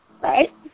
right